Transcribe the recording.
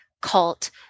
cult